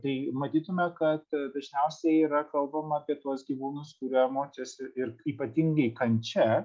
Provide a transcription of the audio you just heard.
tai manytume kad dažniausiai yra kalbama apie tuos gyvūnus kurių emocijos ir ir ypatingai kančia